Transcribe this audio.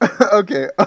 Okay